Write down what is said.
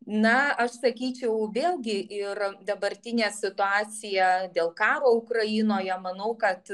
na aš sakyčiau vėlgi ir dabartinė situacija dėl karo ukrainoje manau kad